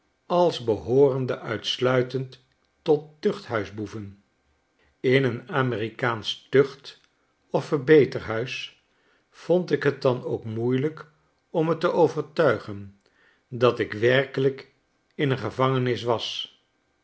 als behoorende uitsluitend tottuchthuisboeven in een amerikaanschtucht of verbeterhuis vond ik het dan ook moeielijk om me te overtuigen dat ik werkelijk in een gevangenis was